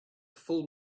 full